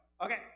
Okay